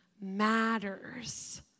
matters